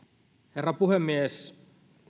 herra puhemies